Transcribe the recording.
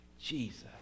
Jesus